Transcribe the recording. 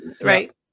Right